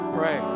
pray